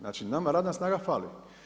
Znači, nama radna snaga fali.